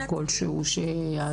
נעשה קמפיין כלשהו שיעזור.